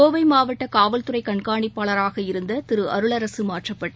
கோவை மாவட்ட காவல்துறைக் கண்காணிப்பாளராக இருந்த திரு அருளரசு மாற்றப்பட்டு